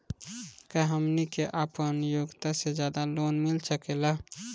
का हमनी के आपन योग्यता से ज्यादा लोन मिल सकेला?